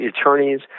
attorneys